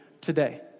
today